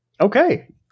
Okay